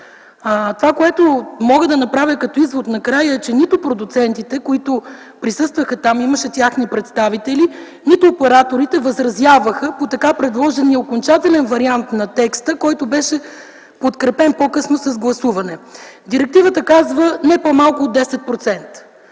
Това, което мога да направя като извод накрая, е, че нито продуцентите или техните представители, които присъстваха там, нито операторите, възразяваха по така предложения окончателен вариант на текста, който беше подкрепен по-късно с гласуване. Директивата казва: „не по-малко от 10%”.